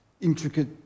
intricate